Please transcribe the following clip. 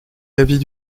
l’avis